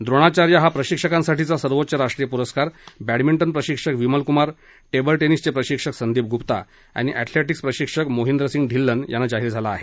द्रोणाचार्य हा प्रशिक्षकांसाठीचा सर्वोच्च राष्ट्रीय प्रस्कार बॅडमिंटन प्रशिक्षक विमल क्मार टेबल टेनिस प्रशिक्षक संदीप ग्प्ता आणि एथलेटिक्स प्रशिक्षक मोहिंदर सिंग ढिल्लन यांना जाहीर झाला आहे